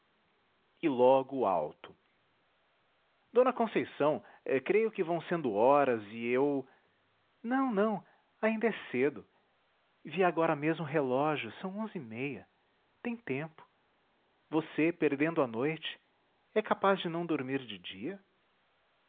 e logo alto d conceição creio que vão sendo horas e eu não não ainda é cedo vi agora mesmo o relógio são onze e meia tem tempo você perdendo a noite é capaz de não dormir de dia